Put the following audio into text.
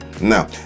now